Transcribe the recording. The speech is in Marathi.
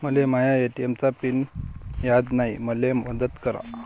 मले माया ए.टी.एम चा पिन याद नायी, मले मदत करा